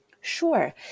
Sure